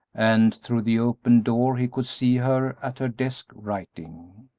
and through the open door he could see her at her desk writing.